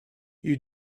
you